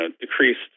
decreased